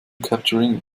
capturing